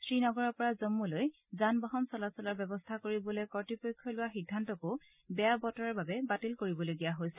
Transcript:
শ্ৰীনগৰৰ পৰা জন্মুলৈ যান বাহন চলাচলৰ ব্যৱস্থা কৰিবলৈ কৰ্ত্বপক্ষই লোৱা সিদ্ধান্তকো বেয়া বতৰৰ বাবে বাতিল কৰিবলগীয়া হৈছে